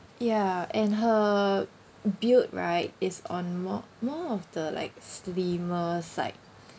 ya and her built right is on more more of the like slimmer side